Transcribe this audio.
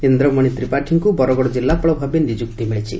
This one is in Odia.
ଇନ୍ରମଣି ତ୍ରିପାଠୀଙ୍କୁ ବରଗଡ ଜିଲ୍ଲାପାଳ ଭାବରେ ନିଯୁକ୍ତି ମିଳିଛି